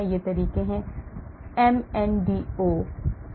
ये तरीके हैं MNDO AM1 PM3